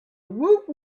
woot